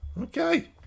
Okay